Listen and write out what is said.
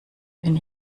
bin